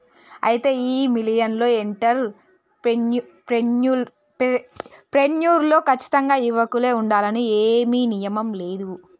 అయితే ఈ millennial entrepreneur లో కచ్చితంగా యువకులే ఉండాలని ఏమీ నియమం లేదు